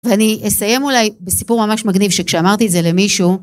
ואני אסיים אולי בסיפור ממש מגניב, שכשאמרתי את זה למישהו...